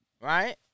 Right